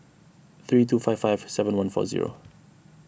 three two five five seven one four zero